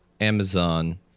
Amazon